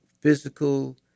physical